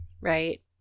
right